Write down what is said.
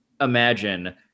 imagine